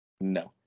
No